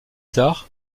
tard